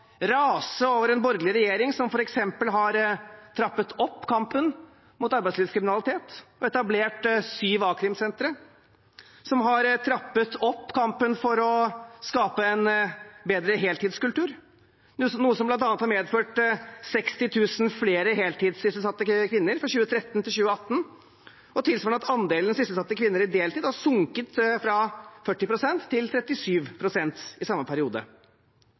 rase over en borgerlig regjering som f.eks. har trappet opp kampen mot arbeidslivskriminalitet og etablert syv a-krimsentre, som har trappet opp kampen for å skape en bedre heltidskultur, noe som bl.a. har medført 60 000 flere heltidssysselsatte kvinner fra 2013–2018 og tilsvarende at andelen sysselsatte kvinner i deltid har sunket fra 40 pst. til 37 pst. i samme periode.